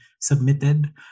submitted